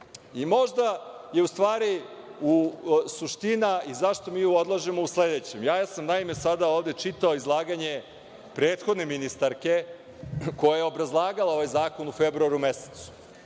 Možda je u stvari suština zašto mi ovo odlažemo u sledećem. Ja sam, naime, sada ovde čitao izlaganje prethodne ministarke, koja je obrazlagala ovaj zakon u februaru mesecu.